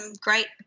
great